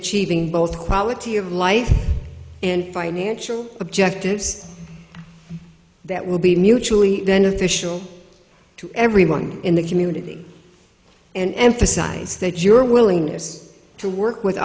achieving both quality of life and financial objectives that will be mutually beneficial to everyone in the community and emphasize that your willingness to work with